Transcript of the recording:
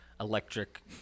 electric